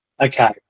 Okay